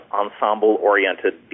ensemble-oriented